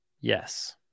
Yes